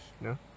no